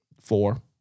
four